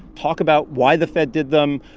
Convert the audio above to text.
talk about why the fed did them,